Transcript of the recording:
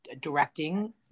directing